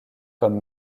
comme